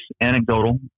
anecdotal